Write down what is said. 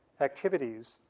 activities